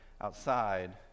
outside